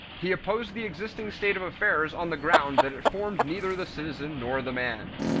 he opposed the existing state of affairs on the ground that it formed neither the citizen nor the man.